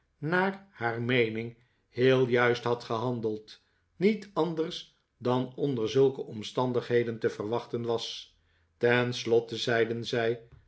naar haar meening heel juist had gehandeld niet anders dan onder zulke omstandigheden te verwachten was tenslotte zeiden zij